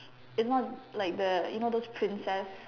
you know like the you know those princess